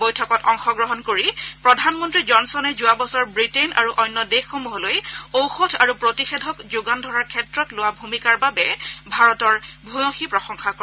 বৈঠকত অংশগ্ৰহণ কৰি প্ৰধানমন্ত্ৰী জনছনে যোৱাবছৰ ৱিটেইন আৰু অন্য দেশসমূহলৈ ঔষধ আৰু প্ৰতিষেধক যোগান ধৰাৰ ক্ষেত্ৰত লোৱা ভূমিকাৰ বাবে ভাৰতৰ ভূয়সী প্ৰশংসা কৰে